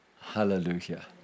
Hallelujah